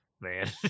man